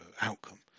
outcome